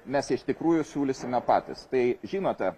mes iš tikrųjų siūlysime patys tai žinote